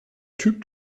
typ